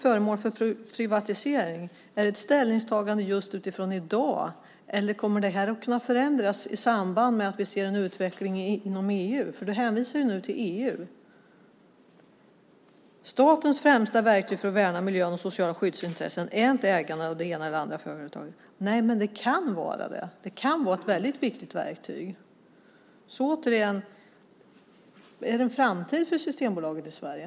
Jag undrar dock om det är ett ställningstagande utifrån dagens läge och om det kan förändras i samband med att vi ser en utveckling inom EU; han hänvisar ju till EU. Mats Odell säger också att statens främsta verktyg för att värna miljön och sociala skyddsintressen inte är ägandet av det ena eller andra företaget. Nej, men det kan vara det. Det kan vara ett viktigt verktyg. Återigen: Finns det en framtid för Systembolaget i Sverige?